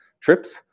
trips